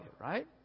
right